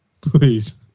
please